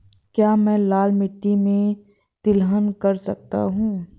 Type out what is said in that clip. क्या मैं लाल मिट्टी में तिलहन कर सकता हूँ?